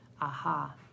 Aha